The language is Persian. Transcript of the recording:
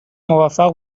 موفق